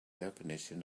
definition